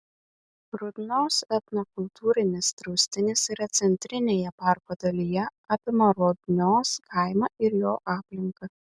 rudnios etnokultūrinis draustinis yra centrinėje parko dalyje apima rudnios kaimą ir jo aplinką